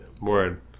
Word